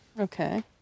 Okay